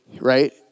right